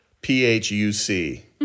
P-H-U-C